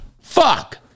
Fuck